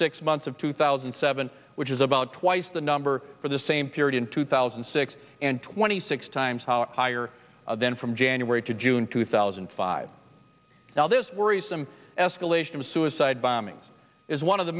six months of two thousand and seven which is about twice the number for the same period in two thousand and six and twenty six times higher than from january to june two thousand and five now this worrisome escalation of suicide bombings is one of the